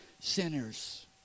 sinners